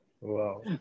Wow